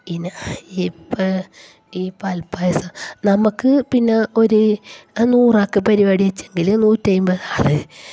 പിന്നെ ഇപ്പം ഈ പാല്പ്പായസം നമുക്ക് പിന്നെ ഒരു നൂറാൾക്ക് പരിപാടി വച്ചെങ്കിൽ നൂറ്റി അൻപത് ആൾ